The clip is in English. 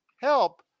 help